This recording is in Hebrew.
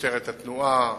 משטרת התנועה,